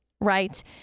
right